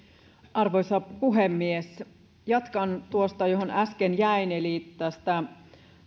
arvoisa puhemies jatkan tuosta mihin äsken jäin eli tästä